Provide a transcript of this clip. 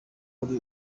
kuki